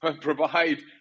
provide